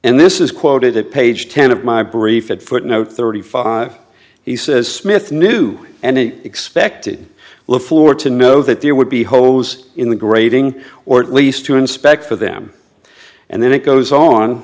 and this is quoted at page ten of my brief at footnote thirty five he says smith knew and expected well for to know that there would be hose in the grading or at least to inspect for them and then it goes on